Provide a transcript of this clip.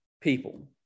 people